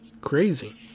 crazy